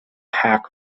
hack